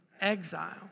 exile